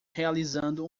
realizando